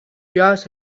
just